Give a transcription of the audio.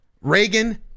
Reagan